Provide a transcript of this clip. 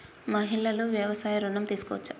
మహిళలు వ్యవసాయ ఋణం తీసుకోవచ్చా?